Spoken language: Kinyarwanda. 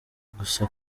gusa